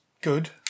good